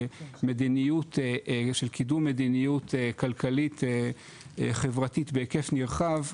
קידום מדיניות כלכלית חברתית בהיקף נרחב,